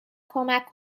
کمک